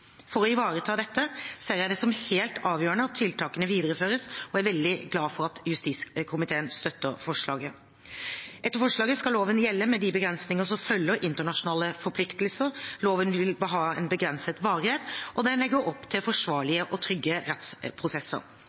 For å ivareta dette ser jeg det som helt avgjørende at tiltakene videreføres, og jeg er veldig glad for at justiskomiteen støtter forslaget. Etter forslaget skal loven gjelde med de begrensninger som følger internasjonale forpliktelser. Loven vil ha en begrenset varighet, og den legger opp til forsvarlige og trygge rettsprosesser.